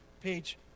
page